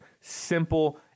simple